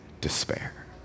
despair